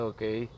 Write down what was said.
Okay